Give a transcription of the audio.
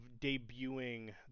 debuting